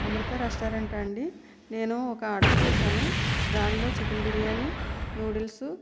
అమృత restaurant అండి నేను ఒక ఆర్డర్ చేశాను దానిలో చికెన్ బిర్యాని నూడుల్స్